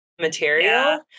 material